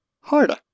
harder